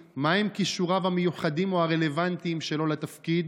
2. מהם כישוריו המיוחדים או הרלוונטיים לתפקיד?